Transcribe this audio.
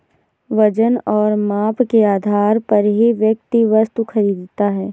वजन और माप के आधार पर ही व्यक्ति वस्तु खरीदता है